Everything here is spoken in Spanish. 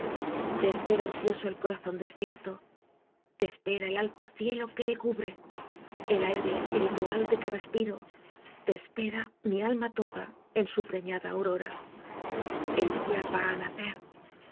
te espera ansioso el corazón despierto te espera el alto cielo que le cubre el aire espiritual de que respiro te espera mi alma toda en su preñada aurora el día va á nacer